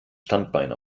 standbein